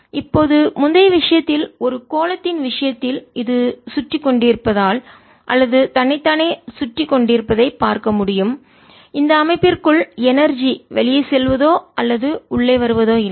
இப்போது முந்தைய விஷயத்தில் ஒரு கோளத்தின் விஷயத்தில் இது சுற்றிக் கொண்டிருப்பதால் அல்லது தன்னை தானே சுற்றிக் கொண்டிருப்பதை பார்க்க முடியும் இந்த அமைப்பிற்குள் எனர்ஜி ஆற்றல் வெளியே செல்வதோ அல்லது உள்ளே வருவதோ இல்லை